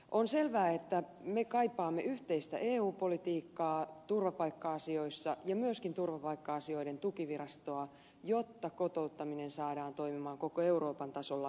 on selvää että me kaipaamme yhteistä eu politiikkaa turvapaikka asioissa ja myöskin turvapaikka asioiden tukivirastoa jotta kotouttaminen saadaan toimimaan koko euroopan tasolla hyvin